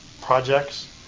projects